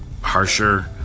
Harsher